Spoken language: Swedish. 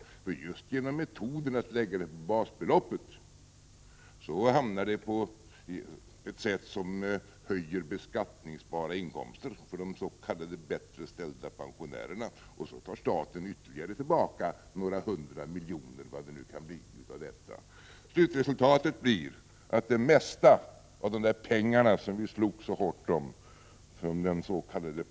Just genom att man använder metoden att lägga en del på basbeloppet höjs den beskattningsbara inkomsten för de s.k. bättre ställda pensionärerna — och så tar staten tillbaka ytterligare några hundra miljoner kronor. Slutresultatet blir att det mesta av pengarna från dens.k.